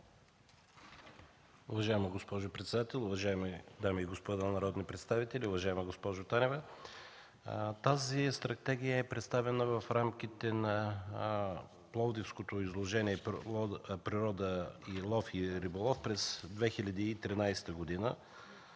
Уважаема госпожо председател, уважаеми дами и господа народни представители, уважаема госпожо Танева! Тази стратегия е представена в рамките на Пловдивското изложение „Природа, лов и риболов” на 20 март